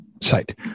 site